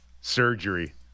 surgery